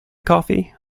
coffee